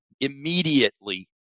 immediately